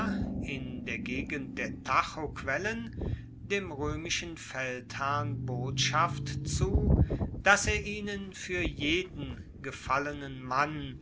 in der gegend der tajoquellen dem roemischen feldherrn botschaft zu dass er ihnen fuer jeden gefallenen mann